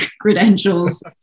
credentials